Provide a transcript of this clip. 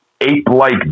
ape-like